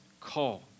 call